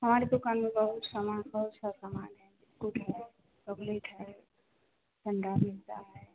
हमारी दुकान में बहुत सामान बहुत सा सामान है कोल्ड ड्रिंक है चॉकलेट है ठंडा मिलता है